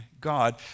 God